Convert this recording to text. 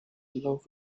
love